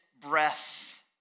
breath